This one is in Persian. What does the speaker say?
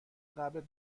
قبرت